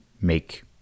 make